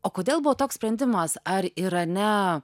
o kodėl buvo toks sprendimas ar irane